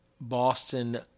Boston